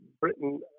britain